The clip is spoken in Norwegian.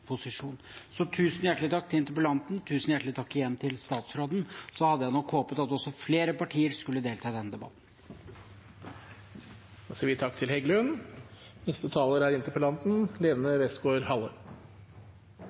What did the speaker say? Så tusen hjertelig takk til interpellanten, og tusen hjertelig takk igjen til statsråden. Og så hadde jeg nok håpet at flere partier skulle delta i denne debatten. For et fantastisk velsignet land vi